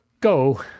go